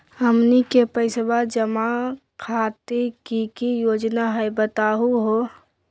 हमनी के पैसवा जमा खातीर की की योजना हई बतहु हो?